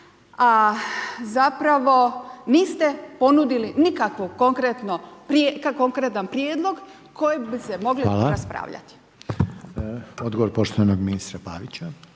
a zapravo niste ponudili nikakav konkretan prijedlog kojim bi se moglo raspravljati. **Reiner, Željko (HDZ)** Hvala. Odgovor poštovanog ministra Pavića.